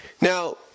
Now